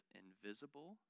invisible